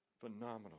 phenomenal